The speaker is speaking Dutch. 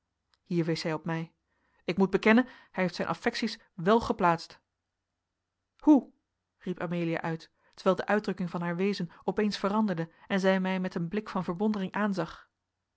hij op mij ik moet bekennen hij heeft zijn affecties wèl geplaatst hoe riep amelia uit terwijl de uitdrukking van haar wezen opeens veranderde en zij mij met een blik van verwondering aanzag